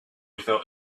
felt